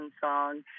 song